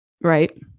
right